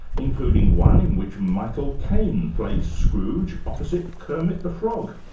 including one in which michael caine plays scrooge opposite kermit the frog.